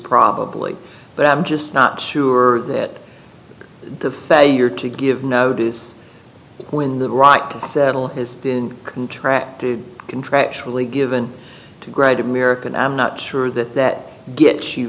probably but i'm just not sure that the failure to give notice when the right to settle has been contract contractually given to grad merican i'm not sure that that get